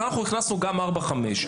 אנחנו הכנסנו גם את ארבע וחמש.